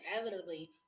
inevitably